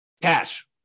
cash